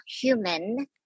human